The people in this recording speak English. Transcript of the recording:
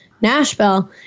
Nashville